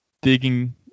digging